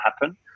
happen